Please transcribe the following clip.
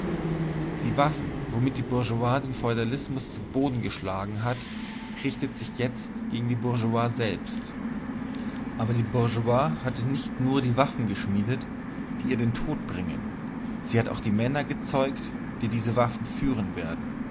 die waffen womit die bourgeoisie den feudalismus zu boden geschlagen hat richten sich jetzt gegen die bourgeoisie selbst aber die bourgeoisie hat nicht nur die waffen geschmiedet die ihr den tod bringen sie hat auch die männer gezeugt die diese waffen führen werden